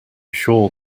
sure